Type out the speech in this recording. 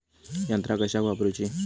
यंत्रा कशाक वापुरूची?